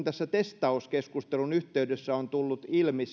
tässä testauskeskustelun yhteydessä on tullut ilmi